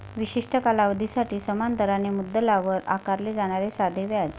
विशिष्ट कालावधीसाठी समान दराने मुद्दलावर आकारले जाणारे साधे व्याज